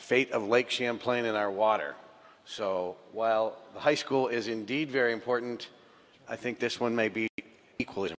fate of lake champlain in our water so while high school is indeed very important i think this one may be equally